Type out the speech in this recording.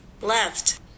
left